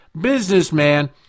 businessman